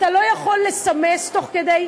אתה לא יכול לסמס תוך כדי,